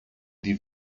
die